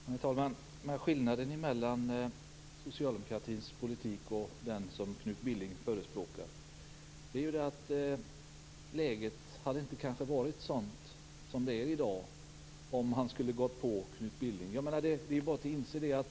Herr talman! Skillnaden mellan socialdemokratins politik och den som Knut Billing förespråkar är ju att läget kanske inte hade varit sådant som det är i dag om vi hade gått på Knut Billings linje.